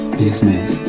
business